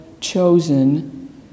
chosen